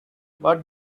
what